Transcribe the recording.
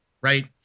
Right